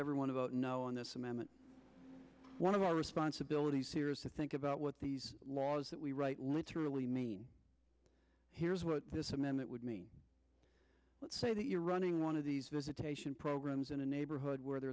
everyone to vote no on this amendment one of our responsibilities here is to think about what these laws that we write literally mean here's what this amendment would mean let's say that you're running one of these visitation programs in a neighborhood where there